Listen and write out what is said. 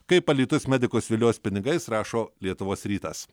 kaip alytus medikus vilios pinigais rašo lietuvos rytas